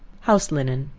house linen.